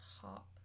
Hop